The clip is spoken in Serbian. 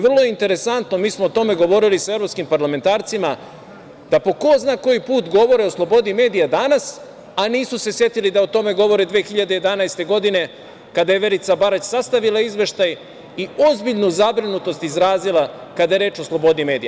Vrlo je interesantno, mi smo o tome govori sa evropskim parlamentarcima da po ko zna koji put govore o slobodi medija danas, a nisu se setili da o tome govore 2011. godine kada je Verica Barać sastavila izveštaj i ozbiljnu zabrinutost izrazila kada je reč o slobodi medija.